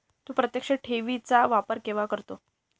तू प्रत्यक्ष ठेवी चा वापर केव्हा करतो?